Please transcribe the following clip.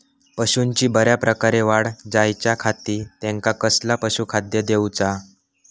पशूंची बऱ्या प्रकारे वाढ जायच्या खाती त्यांका कसला पशुखाद्य दिऊचा?